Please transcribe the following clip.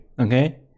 Okay